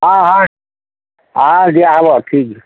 ହଁ ହଁ ହଁ ଦିଆହେବ ଠିକ୍